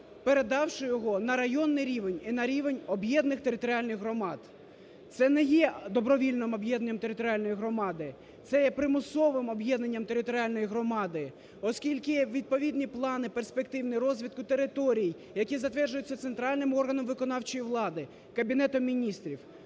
передавши його на районний рівень і на рівень об'єднаних територіальних громад. Це не є добровільним об'єднання територіальної громади, це є примусовим об'єднанням територіальної громади, оскільки відповідні плани перспективного розвитку територій, які затверджуються центральним органом виконавчої влади, Кабінетом Міністрів.